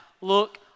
look